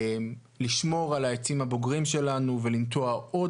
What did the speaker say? לשמור על העצים הבוגרים שלנו ולנטוע עוד